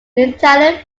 italian